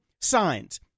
Signs